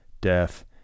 death